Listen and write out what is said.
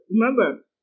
remember